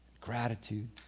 gratitude